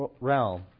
realm